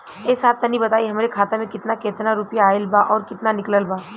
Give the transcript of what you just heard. ए साहब तनि बताई हमरे खाता मे कितना केतना रुपया आईल बा अउर कितना निकलल बा?